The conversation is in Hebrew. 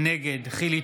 נגד חילי